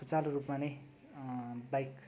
सुचारु रूपमा नै बाइक